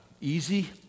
Easy